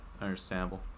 understandable